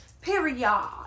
Period